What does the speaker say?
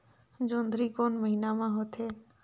जोंदरी कोन महीना म होथे?